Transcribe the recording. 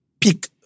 Pick